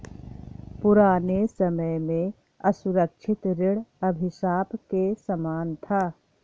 पुराने समय में असुरक्षित ऋण अभिशाप के समान था